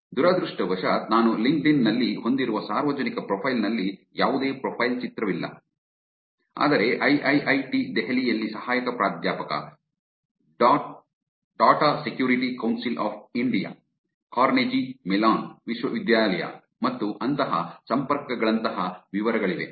ದುರದೃಷ್ಟವಶಾತ್ ನಾನು ಲಿಂಕ್ಡ್ಇನ್ ನಲ್ಲಿ ಹೊಂದಿರುವ ಸಾರ್ವಜನಿಕ ಪ್ರೊಫೈಲ್ ನಲ್ಲಿ ಯಾವುದೇ ಪ್ರೊಫೈಲ್ ಚಿತ್ರವಿಲ್ಲ ಆದರೆ ಐಐಐಟಿ ದೆಹಲಿ ಯಲ್ಲಿ ಸಹಾಯಕ ಪ್ರಾಧ್ಯಾಪಕ data security council of India Carnegie Mellon ವಿಶ್ವವಿದ್ಯಾಲಯ ಮತ್ತು ಅಂತಹ ಸಂಪರ್ಕಗಳಂತಹ ವಿವರಗಳಿವೆ